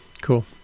cool